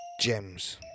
Gems